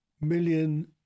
million